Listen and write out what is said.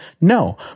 No